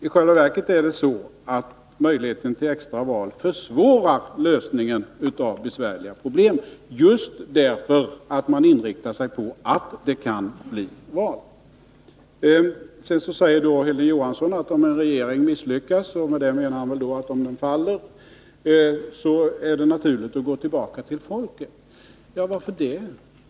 I själva verket försvårar möjligheten till extraval lösningen av besvärliga problem just därför att man inriktar sig på att det kan bli val. Sedan säger Hilding Johansson att om regeringen misslyckas — med det menar han väl att den faller — är det naturligt att gå tillbaka till folket. Varför det?